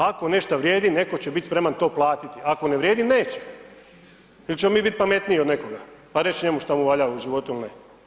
Ako nešto vrijednim, netko će bit spreman to platiti, ako ne vrijedim, neće ili ćemo mi bit pametniji od nekoga pa reći njemu šta mu valja u životu ili ne.